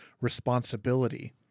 responsibility